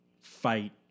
fight